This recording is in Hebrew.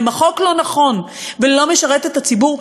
אם החוק לא נכון ולא משרת את הציבור,